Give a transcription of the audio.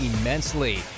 immensely